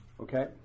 Okay